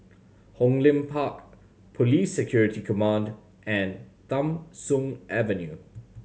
Hong Lim Park Police Security Command and Tham Soong Avenue